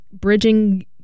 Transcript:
bridging